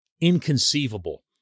inconceivable